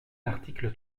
l’article